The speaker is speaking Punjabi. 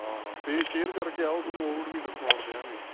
ਹਾਂ ਹਾਂ ਪੇਜ ਸ਼ੇਅਰ ਕਰਕੇ ਆਓ ਤੁਹਾਨੂੰ ਹੋਰ ਵੀ ਡਿਸਕੋਂਟ ਦੇਵਾਂਗੇ